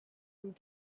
and